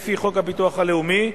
לפי חוק הביטוח הלאומי,